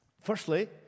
firstly